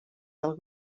del